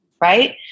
right